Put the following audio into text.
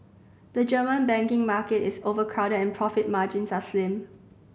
the German banking market is overcrowded and profit margins are slim